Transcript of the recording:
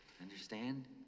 Understand